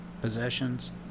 possessions